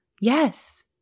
Yes